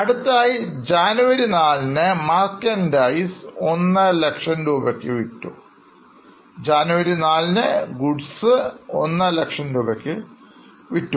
അടുത്തതായി ജനുവരി 4 ന് പകുതി Merchandise 150000 രൂപയ്ക്ക് വിറ്റു